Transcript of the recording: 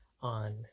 on